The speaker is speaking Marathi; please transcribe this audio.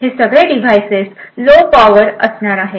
हे सगळे डिव्हायसेस लो पॉवर असणार आहेत